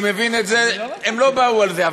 אני מבין את זה, הם לא באו לזה.